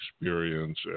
experience